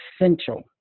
essential